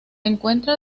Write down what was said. encuentra